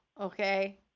okay